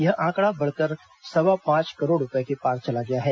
यह आंकड़ा बढ़कर सवा पांच करोड़ रूपए के पार चला गया है